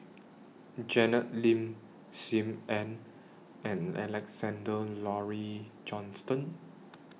Janet Lim SIM Ann and Alexander Laurie Johnston